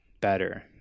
better